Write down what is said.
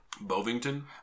Bovington